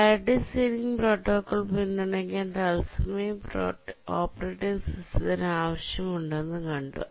priority ceiling protocol പിന്തുണയ്ക്കാൻ തത്സമയ operating സിസ്റ്റത്തിന് ആവശ്യമുണ്ടെന്ന് കണ്ടു